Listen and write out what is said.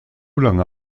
lange